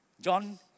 John